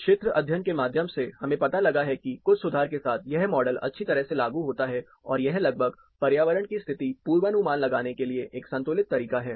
कुछ क्षेत्र अध्ययन के माध्यम से हमें पता लगा है कि कुछ सुधार के साथ यह मॉडल अच्छी तरह से लागू होता है और यह लगभग पर्यावरण की स्थिति पूर्वानुमान लगाने के लिए एक संतुलित तरीका है